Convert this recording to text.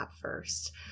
first